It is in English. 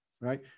right